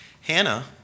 Hannah